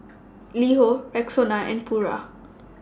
LiHo Rexona and Pura